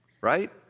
Right